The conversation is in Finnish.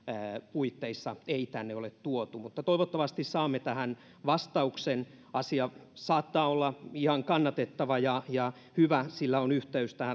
puitteissa ei tänne ole tuotu toivottavasti saamme tähän vastauksen asia saattaa olla ihan kannatettava ja ja hyvä sillä on yhteys tähän